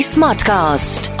Smartcast